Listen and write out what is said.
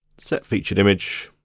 set featured image,